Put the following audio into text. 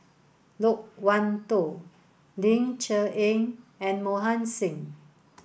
Loke Wan Tho Ling Cher Eng and Mohan Singh